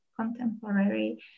contemporary